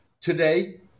Today